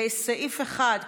לסעיף 1,